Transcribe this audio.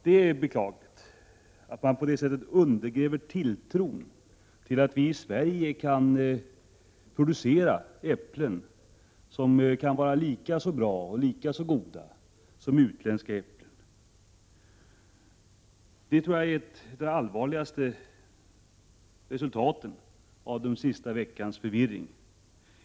Det är beklagligt att man på det sättet undergräver tilltron till att vi i Sverige kan producera äpplen som är lika bra och lika goda som utländska äpplen. Det tror jag är det allvarligaste resultatet av den senaste veckans förvirring.